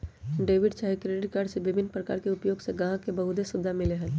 debit चाहे credit card के विभिन्न प्रकार के उपयोग से गाहक के बहुते सुभिधा मिललै ह